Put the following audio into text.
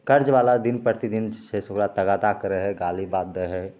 कर्जवला दिन प्रतिदिन जे छै से ओकरा तगादा करै हइ गाली बात दै हइ